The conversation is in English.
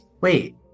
Wait